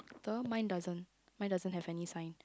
the mine doesn't mine doesn't have any sign